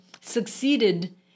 succeeded